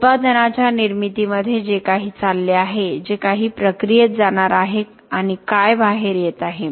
उत्पादनाच्या निर्मितीमध्ये जे काही चालले आहे जे काही प्रक्रियेत जाणार आहे आणि काय बाहेर येत आहे